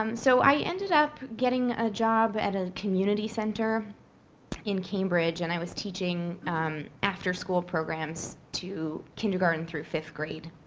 um so i ended up getting a job at a community center in cambridge, and i was teaching after school programs to kindergarten through fifth grade.